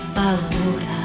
paura